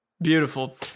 Beautiful